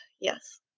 Yes